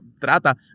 trata